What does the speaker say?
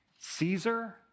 Caesar